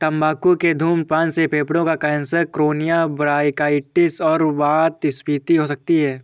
तंबाकू के धूम्रपान से फेफड़ों का कैंसर, क्रोनिक ब्रोंकाइटिस और वातस्फीति हो सकती है